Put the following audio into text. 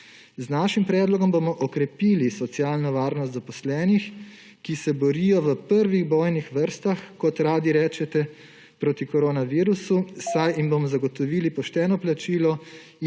Z našim predlogom bomo okrepili socialno varnost zaposlenih, ki se borijo v prvih bojnih vrstah, kot radi rečete, proti koronavirusu, saj jim bomo zagotovili pošteno plačilo